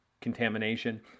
contamination